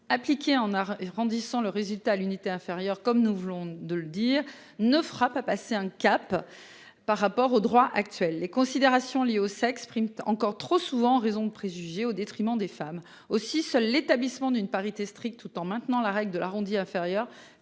appliquées en art et brandissant le résultat à l'unité inférieure, comme nous voulons de le dire ne frappe à passer un cap. Par rapport au droit actuel les considérations liées au sexe, encore trop souvent en raison de préjugés au détriment des femmes aussi. Seul l'établissement d'une parité stricte tout en maintenant la règle de l'arrondi inférieure